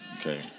Okay